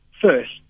first